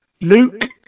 Luke